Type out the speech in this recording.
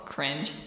Cringe